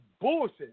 bullshit